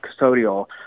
custodial